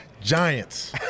Giants